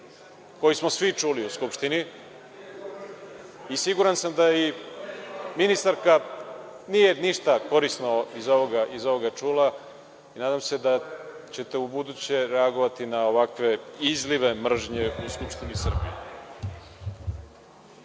koji smo svi čuli u Skupštini i siguran sam da i ministarka nije ništa korisno iz ovoga čula. Nadam se da ćete ubuduće reagovati na ovakve izlive mržnje u Skupštini Srbije.